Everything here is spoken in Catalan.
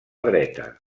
dreta